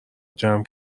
جمع